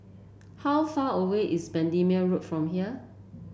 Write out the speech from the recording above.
how far away is Bendemeer Road from here